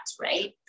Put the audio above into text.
right